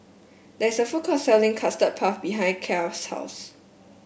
there is a food court selling Custard Puff behind Kya's house